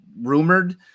rumored